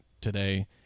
today